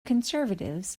conservatives